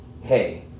hey